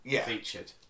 featured